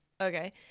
okay